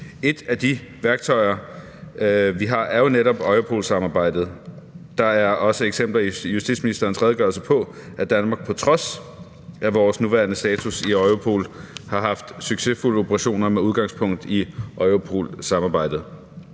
Et af de værktøjer, vi har, er jo netop Europol-samarbejdet. Der er også eksempler i justitsministerens redegørelse på, at Danmark på trods af vores nuværende status i Europol har haft succesfulde operationer med udgangspunkt i Europol-samarbejdet.